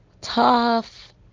tough